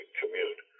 commute